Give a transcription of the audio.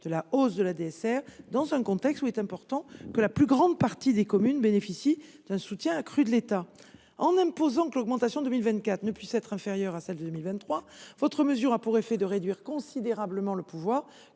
de la hausse de la DSR, dans un contexte où il est important que la plus grande partie des communes bénéficient d’un soutien accru de l’État. En imposant que l’augmentation de 2024 ne puisse être inférieure à celle de 2023, votre proposition aura pour effet de réduire considérablement le pouvoir